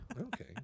Okay